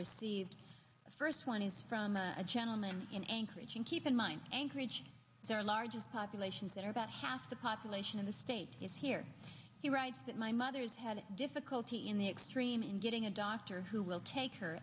received the first one is from a gentleman in anchorage and keep in mind anchorage their largest populations that are about half the population of the state is here he writes that my mother's had difficulty in the extreme in getting a doctor who will take her